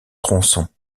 tronçons